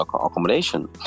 accommodation